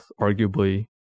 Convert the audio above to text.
arguably